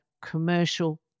commercial